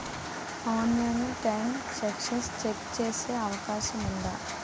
ఆన్లైన్లో transaction check చేసే అవకాశం ఉందా?